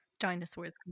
Dinosaurs